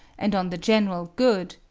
and on the general good,